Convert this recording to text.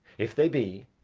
if they be,